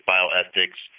Bioethics